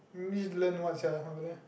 English learn what sia